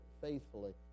faithfully